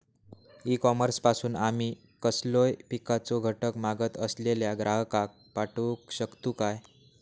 E commerce पासून आमी कसलोय पिकाचो घटक मागत असलेल्या ग्राहकाक पाठउक शकतू काय?